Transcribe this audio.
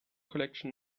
collection